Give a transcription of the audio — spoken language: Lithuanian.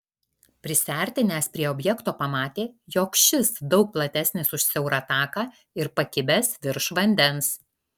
prisiartinęs prie objekto pamatė jog šis daug platesnis už siaurą taką ir pakibęs virš vandens